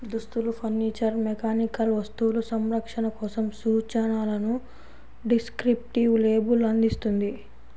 దుస్తులు, furniture, mechanical వస్తువులు, సంరక్షణ కోసం సూచనలను డిస్క్రిప్టివ్ లేబుల్ అందిస్తుంది